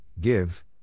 give